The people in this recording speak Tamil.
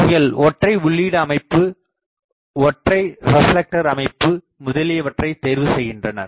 அவைகள் ஒற்றை உள்ளீடு அமைப்பு ஒற்றை ரெப்லெக்டர் அமைப்பு முதலியவற்றை தேர்வு செய்கின்றனர்